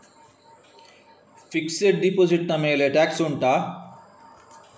fixed deposit ನ ಮೇಲೆ tax ಉಂಟಾ